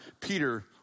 Peter